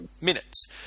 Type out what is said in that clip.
minutes